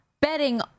betting